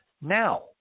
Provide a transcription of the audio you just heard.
Now